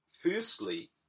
firstly